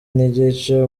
nigice